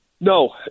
No